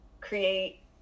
create